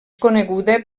coneguda